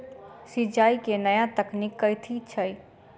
सिंचाई केँ नया तकनीक कथी छै?